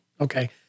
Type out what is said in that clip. okay